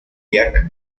jack